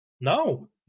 No